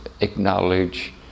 acknowledge